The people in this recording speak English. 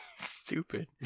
Stupid